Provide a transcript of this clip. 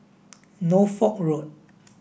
Norfolk Road